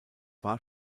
war